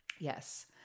Yes